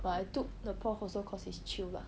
but I took the prof also cause it's chill lah